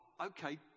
okay